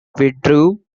withdrew